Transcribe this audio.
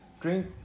drink